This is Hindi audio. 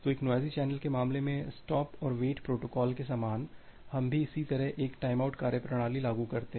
तो एक नोइज़ी चैनल के मामले में स्टॉप और वेट प्रोटोकॉल के समान हम भी इसी तरह एक टाइमआउट कार्यप्रणाली लागू करते हैं